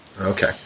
Okay